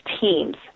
teams